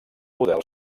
model